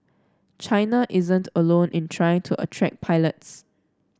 China isn't alone in trying to attract pilots